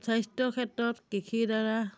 স্বাস্থ্য ক্ষেত্ৰত কৃষিৰ দ্বাৰা